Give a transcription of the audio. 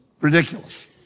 ridiculous